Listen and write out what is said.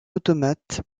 automate